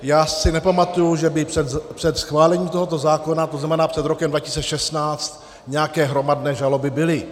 Já si nepamatuji, že by před schválením tohoto zákona, to znamená před rokem 2016, nějaké hromadné žaloby byly.